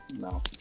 No